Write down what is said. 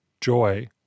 joy